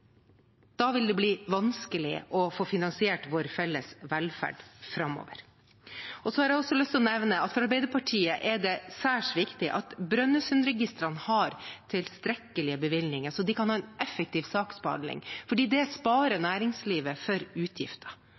Da vil det bli vanskelig å få finansiert vår felles velferd framover. Jeg har også lyst til å nevne at for Arbeiderpartiet er det særs viktig at Brønnøysundregistrene har tilstrekkelige bevilgninger, så de kan ha en effektiv saksbehandling, for det sparer næringslivet for utgifter.